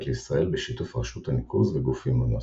לישראל בשיתוף רשות הניקוז וגופים נוספים.